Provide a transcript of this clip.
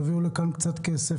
תביאו לכאן קצת כסף,